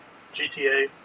GTA